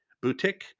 boutique